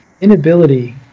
Inability